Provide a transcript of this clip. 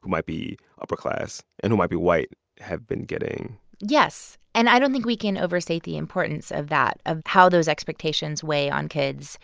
who might be upper class and who might be white, have been getting yes. and i don't think we can overstate the importance of that of how those expectations weigh on kids